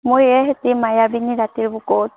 মোৰ এইহেতি মায়াবিনী ৰাতিৰ বুকুত